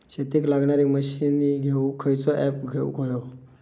शेतीक लागणारे मशीनी घेवक खयचो ऍप घेवक होयो?